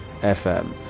FM